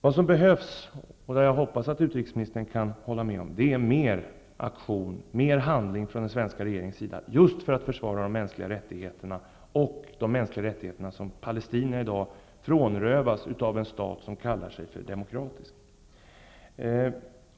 Vad som behövs -- jag hoppas att utrikesministern kan hålla med om det -- är mer av handling från den svenska regeringens sida just för att försvara de mänskliga rättigheterna, de rättigheter som palestinierna i dag frånrövas av en av en stat som kallar sig demokratisk.